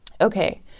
Okay